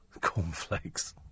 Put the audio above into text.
Cornflakes